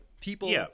people